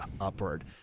upward